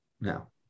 Now